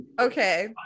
okay